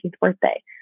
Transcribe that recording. birthday